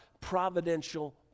providential